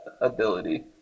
ability